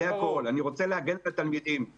אני, קודם כול, רוצה להגן על התלמידים.